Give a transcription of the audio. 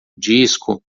disco